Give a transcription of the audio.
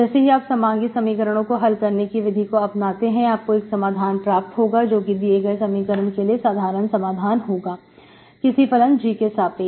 जैसे ही आप समांगी समीकरणों को हल करने की विधि को अपनाते हैं आपको एक समाधान प्राप्त होगा जो कि दिए गए समीकरण के लिए साधारण समाधान होगा किसी फलन g के सापेक्ष